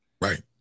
Right